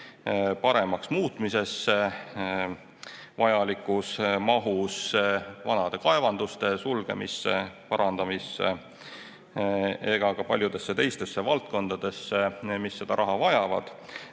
paremaks muutmisesse, vanade kaevanduste sulgemisse ja parandamisse ega ka paljudesse teistesse valdkondadesse, mis raha vajavad.